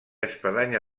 espadanya